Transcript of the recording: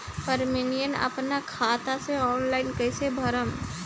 Premium अपना खाता से ऑनलाइन कईसे भरेम?